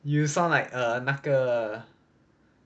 you sound like err 那个